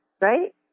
right